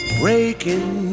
breaking